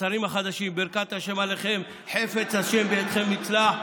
לשרים החדשים: ברכת ה' עליכם, חפץ ה' בידכם יצלח.